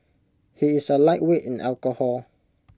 he is A lightweight in alcohol